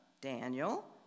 Daniel